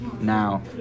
Now